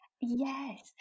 Yes